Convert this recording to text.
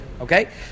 Okay